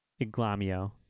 Iglamio